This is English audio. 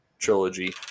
Trilogy